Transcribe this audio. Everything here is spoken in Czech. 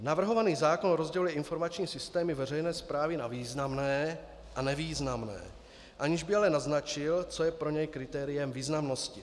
Navrhovaný zákon rozděluje informační systémy veřejné správy na významné a nevýznamné, aniž by ale naznačil, co je pro něj kritériem významnosti.